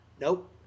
nope